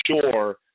sure –